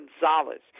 Gonzalez